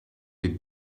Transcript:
with